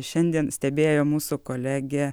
šiandien stebėjo mūsų kolegė